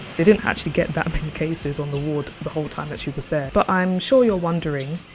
they didn't actually get that many cases on the ward the whole time that she was there. but i'm sure you're wondering,